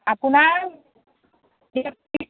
আপোনাৰ